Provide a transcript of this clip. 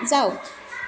যাওক